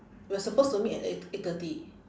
we are supposed to meet at eight eight thirty